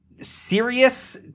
serious